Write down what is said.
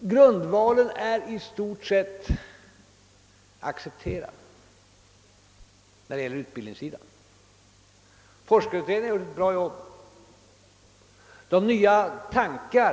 grundvalen i stort sett är accepterad när det gäller utbildningssidan. Forskarutredningen har gjort ett bra jobb. Det är nya tankar.